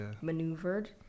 maneuvered